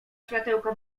światełka